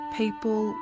people